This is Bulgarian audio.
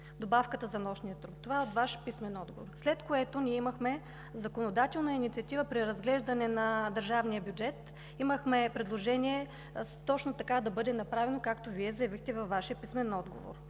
трудовото законодателство, това е от Ваш писмен отговор, след което ние имахме законодателна инициатива при разглеждане на държавния бюджет. Имахме предложение точно така да бъде направено, както Вие заявихте във Вашия писмен отговор.